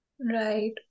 Right